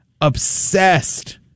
obsessed